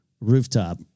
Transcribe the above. rooftop